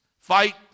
Fight